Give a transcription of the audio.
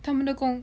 他们的工